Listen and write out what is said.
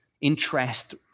interest